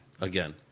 Again